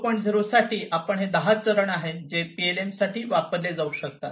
0 साठी हे 10 चरण आहेत जे पीएलएमसाठी वापरले जाऊ शकतात